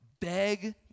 Beg